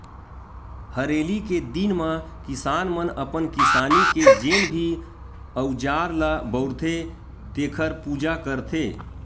हरेली के दिन म किसान मन अपन किसानी के जेन भी अउजार ल बउरथे तेखर पूजा करथे